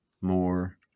more